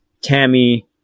Tammy